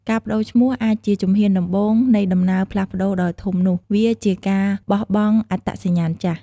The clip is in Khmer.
ការប្ដូរឈ្មោះអាចជាជំហានដំបូងនៃដំណើរផ្លាស់ប្ដូរដ៏ធំនោះ វាជាការបោះបង់អត្តសញ្ញាណចាស់។